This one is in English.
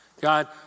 God